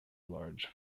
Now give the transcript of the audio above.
large